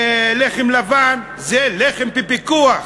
לחם לבן, זה לחם בפיקוח,